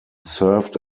served